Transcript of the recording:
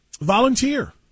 volunteer